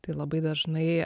tai labai dažnai